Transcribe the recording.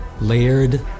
layered